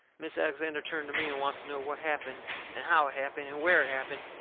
mis' alexander turned to me, and wants to know what happened and how it happened and where it happened.